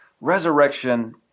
resurrection